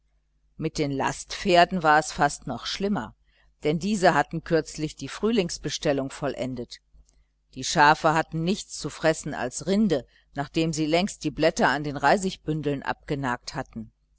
mit den lastpferden war es fast noch schlimmer denn diese hatten kürzlich die frühlingsbestellung vollendet die schafe hatten nichts zu fressen als rinde nachdem sie längst die blätter an den reisigbündeln abgenagt hatten